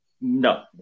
no